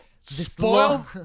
Spoil